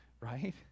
right